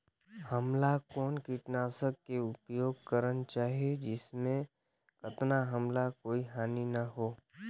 हमला कौन किटनाशक के उपयोग करन चाही जिसे कतना हमला कोई हानि न हो?